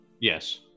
Yes